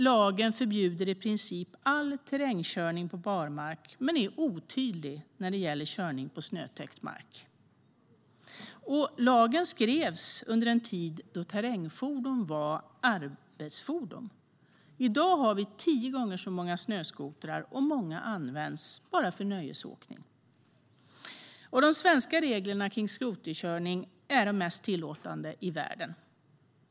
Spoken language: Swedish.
Lagen förbjuder i princip all terrängkörning på barmark men är otydlig när det gäller körning på snötäckt mark. Lagen skrevs under en tid då terrängfordon var arbetsfordon. I dag har vi tio gånger så många snöskotrar, och många används bara för nöjesåkning. De svenska reglerna när det gäller skoterkörning är de mest tillåtande i världen.